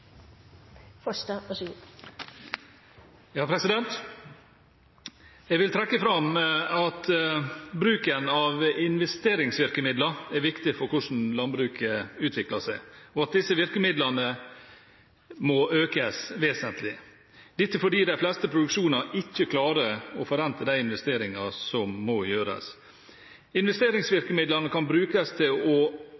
viktig for hvordan landbruket utvikler seg, og at disse virkemidlene må styrkes vesentlig, dette fordi de fleste produksjoner ikke klarer å forrente de investeringene som må gjøres. Investeringsvirkemidlene kan brukes til å